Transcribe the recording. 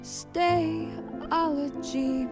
stayology